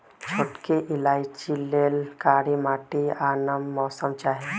छोटकि इलाइचि लेल कारी माटि आ नम मौसम चाहि